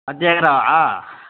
பத்து ஏக்கராவா